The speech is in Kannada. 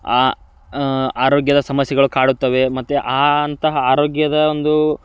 ಆ ಆರೋಗ್ಯದ ಸಮಸ್ಯೆಗಳು ಕಾಡುತ್ತವೆ ಮತ್ತು ಆ ಅಂತಹ ಆರೋಗ್ಯದ ಒಂದು